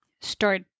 start